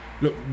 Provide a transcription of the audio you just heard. look